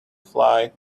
fly